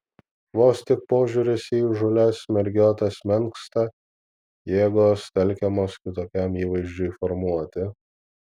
vos tik požiūris į įžūlias mergiotes menksta jėgos telkiamos kitokiam įvaizdžiui formuoti